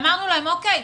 אז אמרנו אוקיי,